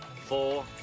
four